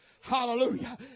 Hallelujah